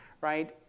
right